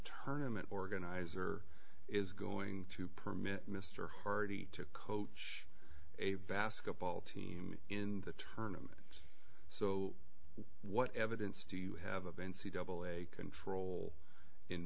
tournaments organizer is going to permit mr hardy to coach a basketball team in the tournament so what evidence do you have of n c double a control in